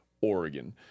Oregon